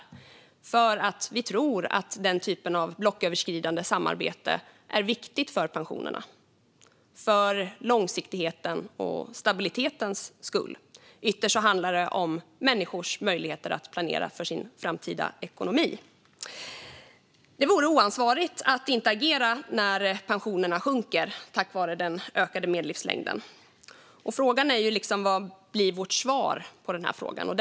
Detta för att vi tror att den typen av blocköverskridande samarbete är viktig för pensionerna för långsiktighetens och stabilitetens skull. Ytterst handlar det om människors möjlighet att planera för sin framtida ekonomi. Det vore oansvarigt att inte agera när pensionerna sjunker på grund av den ökade medellivslängden. Frågan är vad vårt svar på detta ska bli.